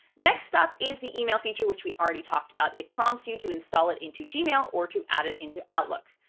next up is the email feature, which we already talked about. it prompts you to install it into gmail or to add it into outlook.